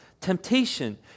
Temptation